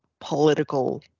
political